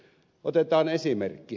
otetaan esimerkki